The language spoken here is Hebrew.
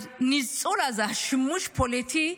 הניצול הזה, השימוש הפוליטי,